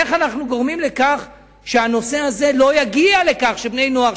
איך אנחנו גורמים לכך שהנושא הזה לא יגיע לכך שבני נוער,